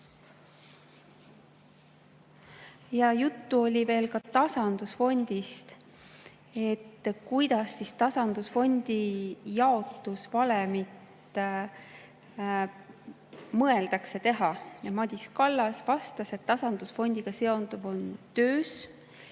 Juttu oli veel ka tasandusfondist, et kuidas tasandusfondi jaotusvalemit mõeldakse teha. Madis Kallas vastas, et tasandusfondiga seonduv on töös.